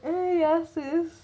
and then yours is